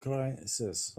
crisis